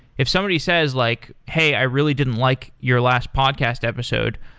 if somebody says, like hey, i really didn't like your last podcast episode.